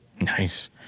Nice